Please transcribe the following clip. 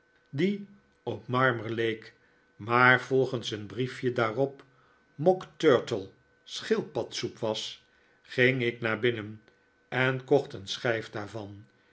die op mariner leek maar volgens een brief je daarop mock turtle schildpadsoep was ging ik naar binnen en kocht een schijf daarvan